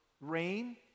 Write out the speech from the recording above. rain